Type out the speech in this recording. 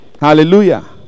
Hallelujah